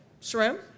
Shrimp